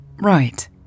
Right